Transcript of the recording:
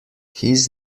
his